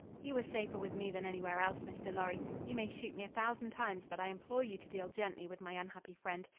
he was safer with me than anywhere else, mr. lorry. you may shoot me a thousand times, but i implore you to deal gently with my unhappy friend.